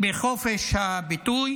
בחופש הביטוי